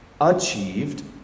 achieved